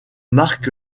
marc